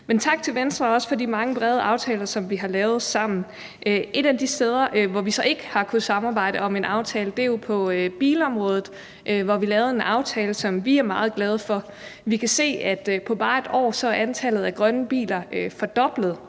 også tak til Venstre for de mange brede aftaler, som vi har lavet sammen. Et af de steder, hvor vi så ikke har kunnet samarbejde om en aftale, er jo på bilområdet, hvor vi lavede en aftale, som vi er meget glade for. Vi kan se, at antallet af grønne biler på bare